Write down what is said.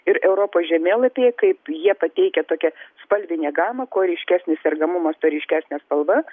ir europos žemėlapyje kaip jie pateikia tokią spalvinę gamą kuo ryškesnis sergamumas tuo ryškesnė spalva